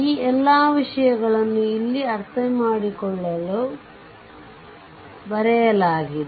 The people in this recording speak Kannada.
ಈ ಎಲ್ಲಾ ವಿಷಯಗಳನ್ನು ಇಲ್ಲಿ ಅರ್ಥಮಾಡಿಕೊಳ್ಳಲು ಬರೆಯಲಾಗಿದೆ